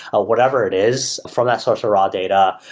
or whatever it is from that source of raw data.